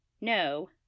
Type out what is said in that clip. No